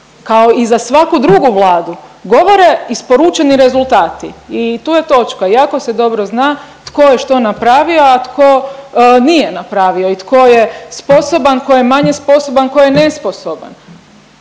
kao i za svaku drugu vladu govore isporučeni rezultati i tu je točka. Jako se dobro zna tko je što napravio, a tko nije napravio i tko je sposoban, tko je manje sposoban, ko je nesposoban